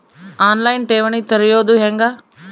On line ಠೇವಣಿ ತೆರೆಯೋದು ಹೆಂಗ?